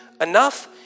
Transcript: Enough